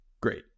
Great